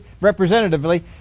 representatively